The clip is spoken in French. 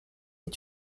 est